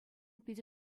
питӗ